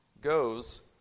goes